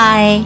Bye